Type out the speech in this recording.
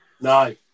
No